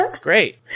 great